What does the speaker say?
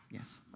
yes.